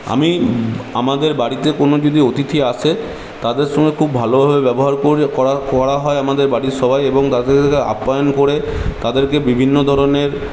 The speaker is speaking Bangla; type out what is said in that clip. আমি আমাদের বাড়িতে কোন যদি অতিথি আসে তাদের সঙ্গে খুব ভালোভাবে ব্যবহার করি করা করা হয় আমাদের বাড়ির সবাই এবং তাদেরকে আপ্যায়ন করে তাদেরকে বিভিন্ন ধরণের